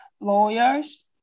lawyers